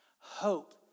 Hope